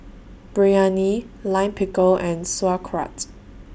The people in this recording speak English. Biryani Lime Pickle and Sauerkraut